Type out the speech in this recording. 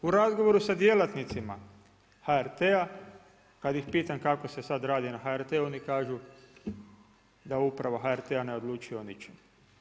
U razgovoru sa djelatnicima HRT-a kad ih pitam kako se sad radi na HRT-u, oni kažu da uprava HRT-a ne odlučuje o ničem.